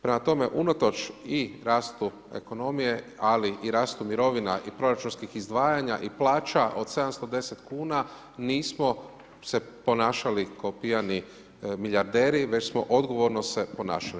Prema tome, unatoč i rastu ekonomije, ali i rastu mirovina i proračunskih izdvajanja i plaća od 710 kn, nismo se ponašali ko pijani milijarderi, već smo se odgovorno ponašali.